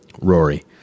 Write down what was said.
Rory